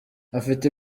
afite